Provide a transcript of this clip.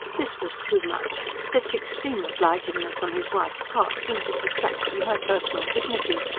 this was too much such extreme obligingness on his wife's part seemed to detract from her personal dignity.